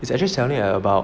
it's actually 强烈 about